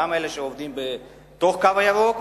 גם אלה שעובדים בתוך "הקו הירוק",